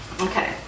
okay